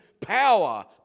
power